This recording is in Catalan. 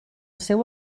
seu